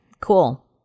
Cool